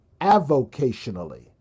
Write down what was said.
avocationally